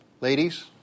ladies